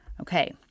Okay